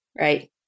Right